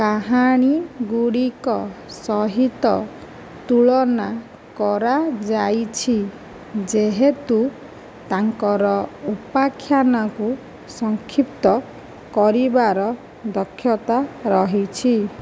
କାହାଣୀଗୁଡ଼ିକ ସହିତ ତୁଳନା କରାଯାଇଛି ଯେହେତୁ ତାଙ୍କର ଉପାକ୍ଷାନକୁ ସଂକ୍ଷିପ୍ତ କରିବାର ଦକ୍ଷତା ରହିଛି